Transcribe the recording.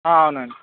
అవునండి